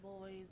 boys